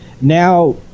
now